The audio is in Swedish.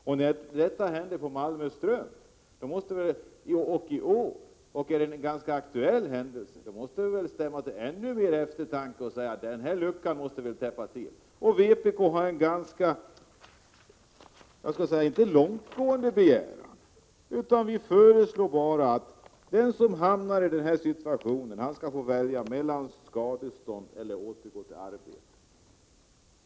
Det som hände på Malmö Strump och som är ganska aktuellt måste väl stämma till ännu mer eftertanke, så att man säger: Den här luckan måste vi täppa till. Vpk föreslår att den som hamnar i den här situationen skall få välja mellan att få skadestånd eller att återgå till arbetet.